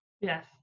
Yes